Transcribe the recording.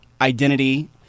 identity